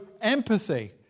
empathy